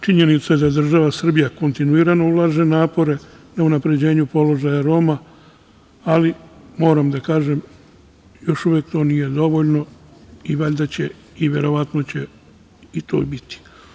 Činjenica je da država Srbija kontinuirano ulaže napore na unapređenju položaja Roma, ali moram da kažem da još uvek to nije dovoljno i valjda će i verovatno će i to biti.